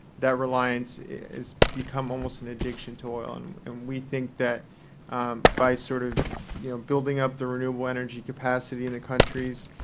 that reliance has become almost an addiction to oil. and and we think that by sort of you know building up the renewable energy capacity in the countries,